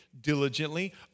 diligently